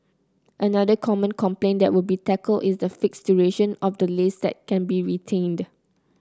another common complaint that would be tackled is the fixed duration of the lease that can be retained